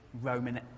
Roman